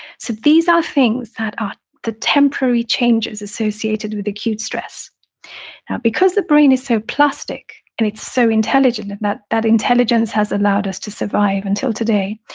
so these are things that are the temporary changes associated with acute stress now because the brain is so plastic and it's so intelligent, and that that intelligence has allowed us to survive until today,